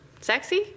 Sexy